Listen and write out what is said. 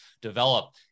develop